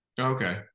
okay